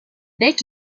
bec